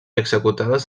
executades